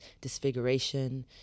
disfiguration